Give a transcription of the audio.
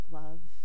love